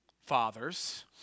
Fathers